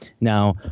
Now